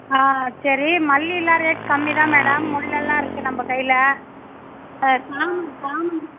ஆ சரி மல்லிலாம் ரேட் கம்மிதான் மேடம் முல்லைலாம் இருக்குது நம்ம கையில ஆ சாமந்தி சாமந்தி